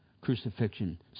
crucifixion